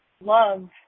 love